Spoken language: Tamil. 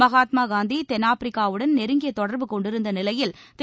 மகாத்மா காந்தி தென்னாப்பிரிக்காவுடன் நெருங்கிய தொடர்பு கொண்டிருந்த நிலையில் திரு